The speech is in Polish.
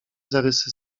zarysy